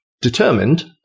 determined